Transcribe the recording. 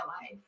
life